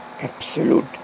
absolute